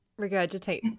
regurgitate